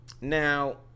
Now